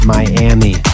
Miami